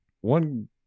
one